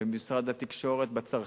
במשרד התקשורת את הצרכן,